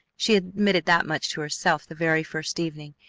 she admitted that much to herself the very first evening,